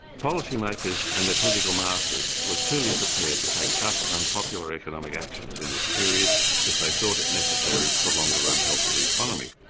policymakers and their political masters were clearly prepared to take tough and unpopular economic actions in this period if they thought it necessary for the longer run health of the economy.